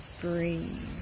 breathe